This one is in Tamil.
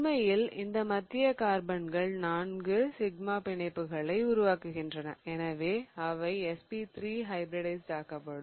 உண்மையில் இந்த மத்திய கார்பன்கள் நான்கு சிக்மா பிணைப்புகளை உருவாக்குகின்றன எனவே அவை sp3 ஹைபிரிடைஸிடாக்கப்படும்